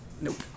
Nope